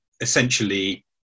essentially